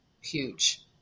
huge